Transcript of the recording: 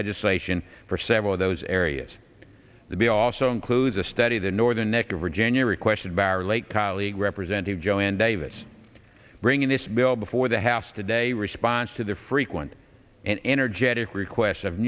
legislation for several of those areas to be also includes a study the northern neck of virginia requested by our late colleague representative joanne davis bringing this bill before the house today a response to the frequent and energetic requests of